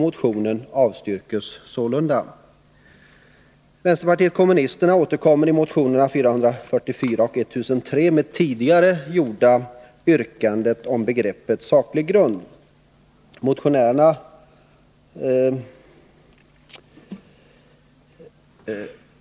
Motionen avstyrks sålunda. Vänsterpartiet kommunisterna återkommer i motionerna 444 och 1003 med tidigare gjorda yrkanden om begreppet saklig grund.